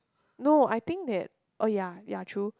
no I think that oh ya ya true